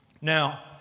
Now